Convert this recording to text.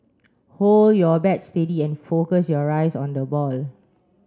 hold your bat steady and focus your eyes on the ball